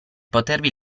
potervi